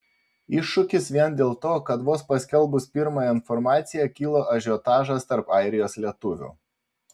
iššūkis vien dėl to kad vos paskelbus pirmąją informaciją kilo ažiotažas tarp airijos lietuvių